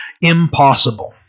impossible